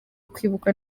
kwibuka